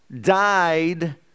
died